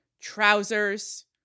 trousers